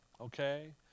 Okay